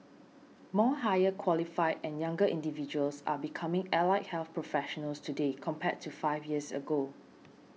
more higher qualified and younger individuals are becoming allied health professionals today compared to five years ago